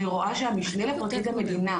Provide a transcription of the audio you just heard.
אני רואה שהמשנה לפרקליט המדינה,